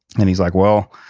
and he's like, well,